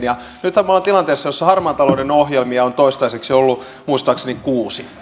nythän me olemme tilanteessa jossa harmaan talouden ohjelmia on toistaiseksi ollut muistaakseni kuusi